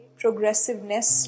progressiveness